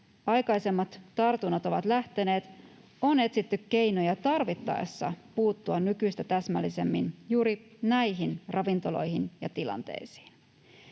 aikaisemmat tartunnat ovat lähteneet, on etsitty keinoja tarvittaessa puuttua nykyistä täsmällisemmin juuri näihin ravintoloihin ja tilanteisiin.